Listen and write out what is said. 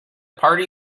party